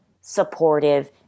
supportive